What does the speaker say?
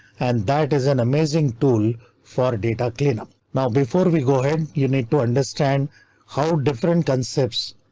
and that is an amazing tool for data cleanup. now before we go ahead, you need to understand how different concepts.